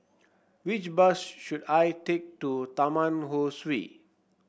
which bus should I take to Taman Ho Swee